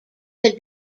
could